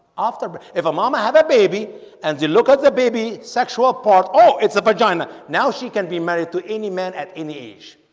after but if a momma have a baby and you look at the baby sexual part. oh, it's a vagina now she can be married to any man at any age